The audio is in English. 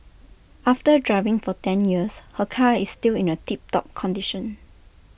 after driving for ten years her car is still in A tip top condition